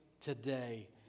today